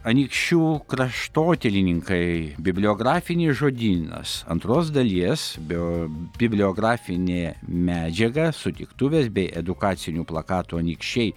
anykščių kraštotyrininkai bibliografinis žodynas antros dalies bio bibliografinė medžiaga sutiktuvės bei edukacinių plakatų anykščiai